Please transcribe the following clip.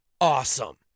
awesome